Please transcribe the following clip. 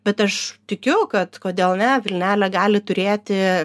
bet aš tikiu kad kodėl ne vilnelė gali turėti